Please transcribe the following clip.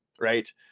right